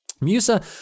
Musa